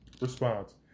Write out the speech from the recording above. response